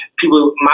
people